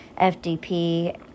FDP